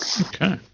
Okay